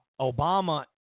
Obama